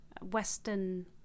Western